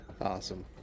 Awesome